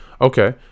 Okay